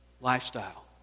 lifestyle